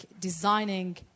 designing